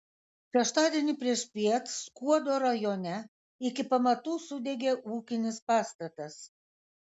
šeštadienį priešpiet skuodo rajone iki pamatų sudegė ūkinis pastatas